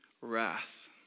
wrath